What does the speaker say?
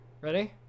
Ready